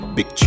Big